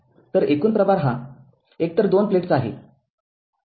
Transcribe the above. तर एकूण प्रभार हा एकतर दोन प्लेट्सचा आहे